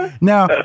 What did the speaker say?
Now